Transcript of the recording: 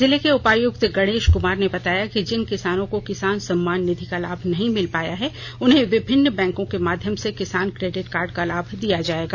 जिले के उपायुक्त गणेष क्मार ने बताया कि जिन किसानों को किसान सम्मान निधि का लाभ नहीं मिल पाया है उन्हें विभिन्न बैंकों के माध्यम से किसान क्रेडिट कार्ड का लाभ दिया जायेगा